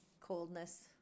coldness